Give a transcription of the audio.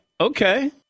Okay